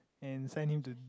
and send him to